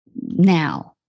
now